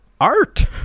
art